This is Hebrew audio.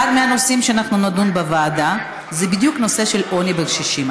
אחד הנושאים שאנחנו נדון בהם בוועדה זה בדיוק הנושא של עוני בקשישים,